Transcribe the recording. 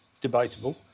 debatable